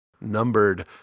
numbered